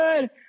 good